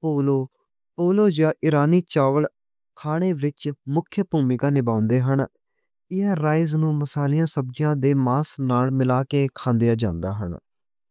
Polo polo جاں ایرانی چاول کھانے وچ مکھی بھومکا نبھاؤندے ہن۔ ایہہ رائس نوں مسالیاں سبزیاں دے ماس نال ملا کے کھان دیاں جاندا ہن۔